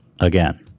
again